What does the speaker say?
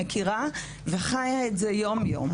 מכירה וחיה את זה יום יום.